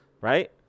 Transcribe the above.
right